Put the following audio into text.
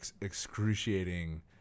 excruciating